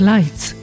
Lights